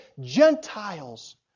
Gentiles